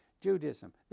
Judaism